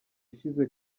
ushize